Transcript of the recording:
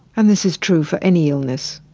and this is true for any illness.